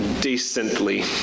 decently